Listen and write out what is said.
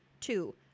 two